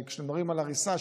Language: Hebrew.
כשמדברים על הריסה,